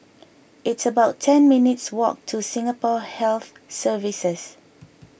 it's about ten minutes walk to Singapore Health Services